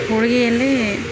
ಹೋಳಿಗೆಯಲ್ಲಿ